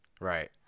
Right